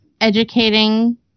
educating